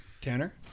Tanner